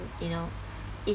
you know it